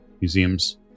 museum's